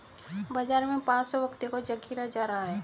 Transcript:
बाजार में पांच सौ व्यक्तियों का जखीरा जा रहा है